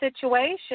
situation